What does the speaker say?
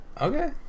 Okay